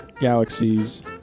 galaxies